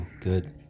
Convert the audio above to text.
good